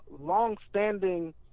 longstanding